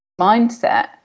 mindset